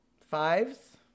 Fives